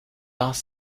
las